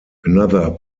another